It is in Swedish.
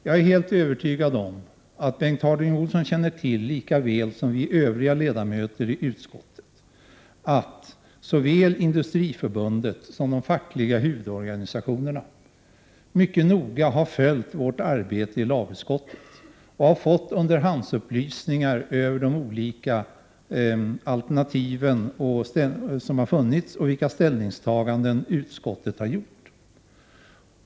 Jag är helt övertygad om att Bengt Harding Olson lika väl som övriga ledamöter i utskottet känner till att såväl Industriförbundet som de fackliga huvudorganisationerna mycket noga följt arbetet i lagutskottet och fått underhandsupplysningar om de olika alternativ som funnits och de ställningstaganden utskottet har gjort.